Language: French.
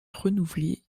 renouvelé